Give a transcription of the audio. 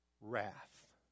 Wrath